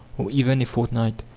or even a fortnight.